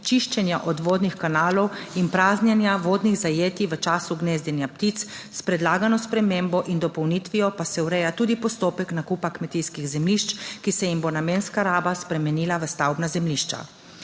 čiščenja odvodnih kanalov in praznjenja vodnih zajetij v času gnezdenja ptic. S predlagano spremembo in dopolnitvijo pa se ureja tudi postopek nakupa kmetijskih zemljišč, ki se jim bo namenska raba spremenila v stavbna zemljišča.